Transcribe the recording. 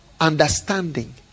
understanding